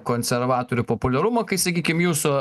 konservatorių populiarumą kai sakykim jūsų